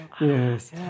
Yes